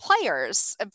players